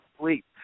sleep